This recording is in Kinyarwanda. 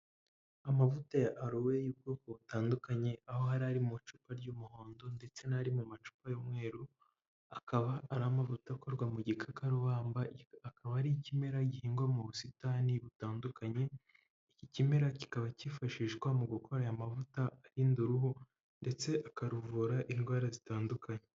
Amavuta ya arowe y'ubwoko butandukanye aho yari ari mu icupa ry'umuhondo ndetse n'ari mu macupa y'umweruru, akaba ari amavuta akorwa mu gikaka ubamba akaba ari ikimera gihingwa mu busitani butandukanye. Iki kimera kikaba cyifashishwa mu gukora aya mavuta arinda uruhu, ndetse akaruvura indwara zitandukanye.